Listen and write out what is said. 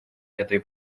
этой